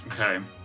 okay